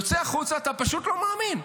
יוצא החוצה, ואתה פשוט לא מאמין.